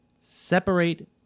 Separate